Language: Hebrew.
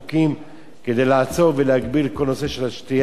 את כל הנושא של השתייה והאלכוהול בקרב הנוער,